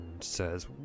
says